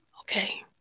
okay